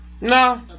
No